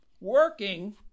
Working